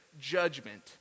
judgment